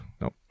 Nope